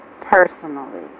personally